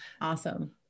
Awesome